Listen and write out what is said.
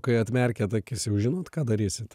kai atmerkiant akis jau žinot ką darysit